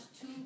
two